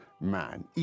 Man